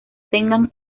tengan